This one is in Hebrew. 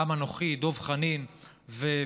גם אנוכי, דב חנין ואחרים.